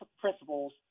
principles